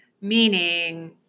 meaning